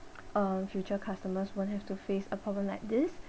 uh future customers won't have to face a problem like this